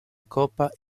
coppa